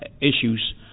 issues